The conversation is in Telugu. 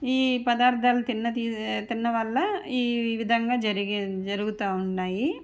ఈ పదార్థాలు తిన్న తిన్నడం వల్ల ఈ విధంగా జరిగి జరుగుతు ఉన్నాయి